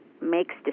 makes